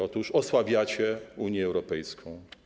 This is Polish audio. Otóż osłabiacie Unię Europejską.